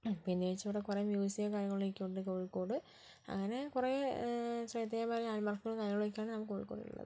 പിന്നെ എന്ന് വെച്ചാൽ കുറെ മ്യൂസിയവും കാര്യങ്ങളൊക്കെയുണ്ട് കോഴിക്കോട് അങ്ങനെ കുറേ ശ്രദ്ധേയമായ ലാൻഡ് മാർക്കുകളും കാര്യങ്ങളൊക്കെയാണ് നമുക്ക് കോഴിക്കോടുള്ളത്